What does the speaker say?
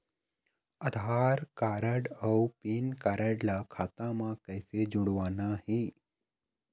आधार card अऊ PAN card ला खाता म कइसे जोड़वाना हे?